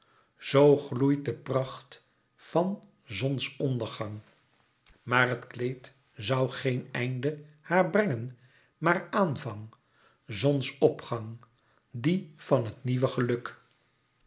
zoo gloeit de pracht van zonsondergang maar het kleed zoû geen einde haar brengen maar aanvang zonsopgang die van het nieuwe geluk